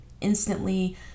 instantly